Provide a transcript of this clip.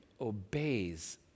obeys